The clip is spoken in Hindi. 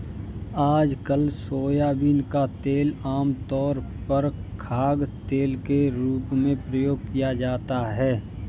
आजकल सोयाबीन का तेल आमतौर पर खाद्यतेल के रूप में प्रयोग किया जाता है